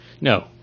no